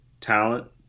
talent